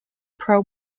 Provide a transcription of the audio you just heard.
pro